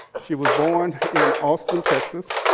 she was born in austin, texas.